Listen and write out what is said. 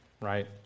right